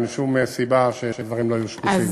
אין שום סיבה שדברים לא יהיו שקופים.